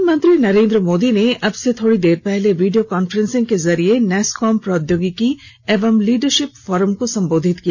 प्रधानमंत्री नरेन्द्र मोदी ने अब से थोड़ी देर पहले वीडियो कॉन्फ्रेंसिंग के जरिए नैसकॉम प्रौद्योगिकी एवं लीडरशिप फोरम को संबोधित किया